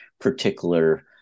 particular